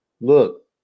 look